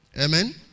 amen